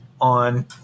on